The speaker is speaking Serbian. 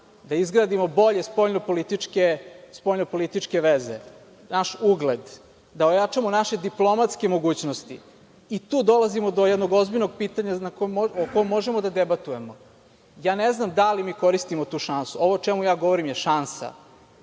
da izgradimo bolje spoljnopolitičke veze, naš ugled, da ojačamo naše diplomatske mogućnosti. Tu dolazimo do jednog ozbiljnog pitanja o kom možemo da debatujemo. Ne znam da li mi koristimo tu šansu. Ovo o čemu ja govorim je šansa,